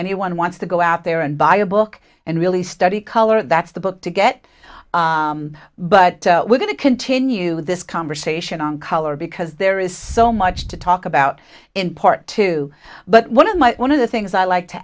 anyone wants to go out there and buy a book and really study color that's the book to get but we're going to continue this conversation on color because there is so much to talk about in part two but one of my one of the things i like to